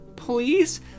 Please